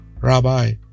Rabbi